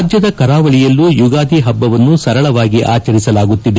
ರಾಜ್ಞದ ಕರಾವಳಿಯಲ್ಲೂ ಯುಗಾದಿ ಹಬ್ಬವನ್ನು ಸರಳವಾಗಿ ಆಚರಿಸಲಾಗುತ್ತಿದೆ